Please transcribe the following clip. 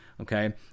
Okay